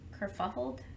kerfuffled